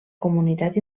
comunitat